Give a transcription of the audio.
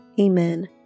Amen